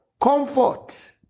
comfort